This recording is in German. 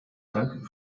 dank